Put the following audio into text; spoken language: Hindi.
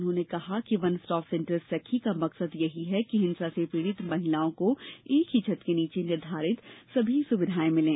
उन्होंने कहा कि वन स्टाप सेंटर सखीका मगसद यही है कि हिंसा से पीड़ित महिलाओं को एक ही छत के नीचे निर्धारित समस्त सुविधाएं मिलें